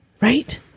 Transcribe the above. Right